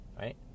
right